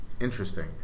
Interesting